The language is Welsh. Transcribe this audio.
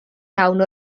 iawn